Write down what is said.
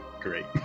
Great